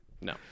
No